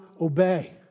obey